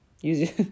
Use